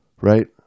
Right